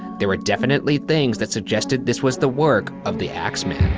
there were definitely things that suggested this was the work of the axeman.